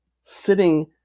sitting